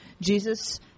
Jesus